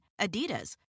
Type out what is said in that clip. Adidas